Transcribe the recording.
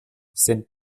sind